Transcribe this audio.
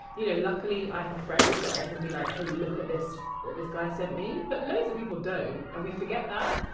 you know, luckily i have friends that i can be like, hey, look at this that this guy sent me. but loads of people don't, and we forget that.